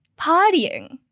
partying